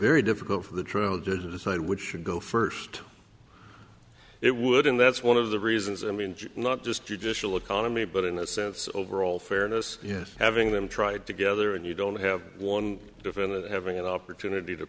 very difficult for the troad to decide which should go first it would and that's one of the reasons i mean not just judicial economy but in a sense overall fairness having them tried together and you don't have one defendant having an opportunity to